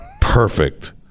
perfect